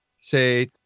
say